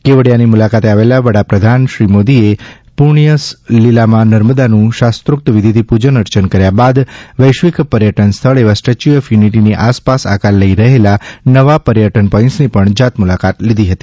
કેવડીયાની મુલાકાતે આવેલા વડાપ્રધાન શ્રી નરેન્દ્રભાઇ મોદીએ પુષ્થસલીલા માં નર્મદાનું શાસ્ત્રોક્તવિધિથી પૂજન અર્યન કર્યા બાદ વૈશ્વિક પર્યટન સ્થળ એવા સ્ટેચ્યુ ઓફ યુનિટીની આસપાસ આકાર લઈ રહેલા નવા પર્યટન પોઇન્ટ્સની પણ જાતમુલાકાત લીધી હતી